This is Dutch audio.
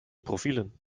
profielen